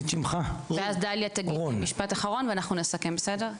ואז דליה תגיד משפט אחרון ואנחנו נסכם, בסדר?